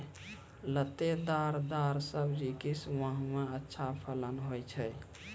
लतेदार दार सब्जी किस माह मे अच्छा फलन होय छै?